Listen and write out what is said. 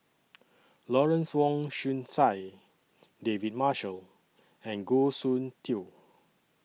Lawrence Wong Shyun Tsai David Marshall and Goh Soon Tioe